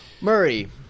Murray